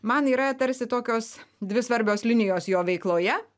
man yra tarsi tokios dvi svarbios linijos jo veikloje